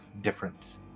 different